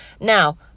Now